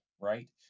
right